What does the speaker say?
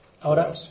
Ahora